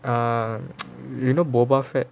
um you know mobile fab